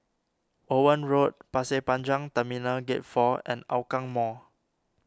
Owen Road Pasir Panjang Terminal Gate four and Hougang Mall